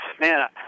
man